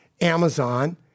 Amazon